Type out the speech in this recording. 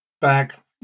back